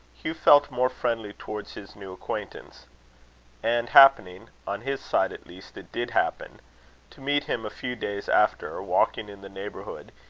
hugh felt more friendly towards his new acquaintance and happening on his side at least it did happen to meet him a few days after, walking in the neighbourhood,